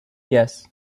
yes